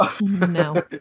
No